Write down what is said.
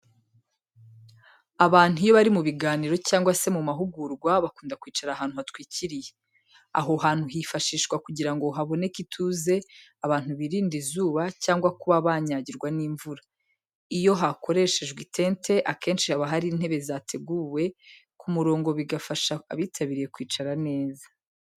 Abantu iyo bari mu biganiro cyangwa se mu mahugurwa, bakunda kwicara ahantu hatwikiriye. Aho hantu hifashishwa kugira ngo haboneke ituze, abantu birinde izuba, cyangwa kuba banyagirwa n'imvura. Iyo hakoreshejwe itente, akenshi haba hari intebe zateguwe ku murongo, bigafasha abitabiriye kwicara neza.